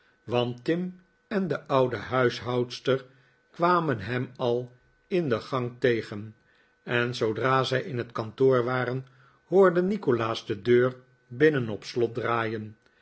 want tim en de oude huishoudster kwamen hem al in de gang tegen en zoodra zij in het kantoor waren hoorde nikolaas de deur binnen op slot draaien